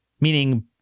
meaning